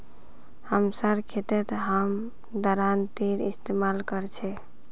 हमसार खेतत हम दरांतीर इस्तेमाल कर छेक